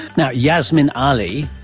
now, yasmin ali,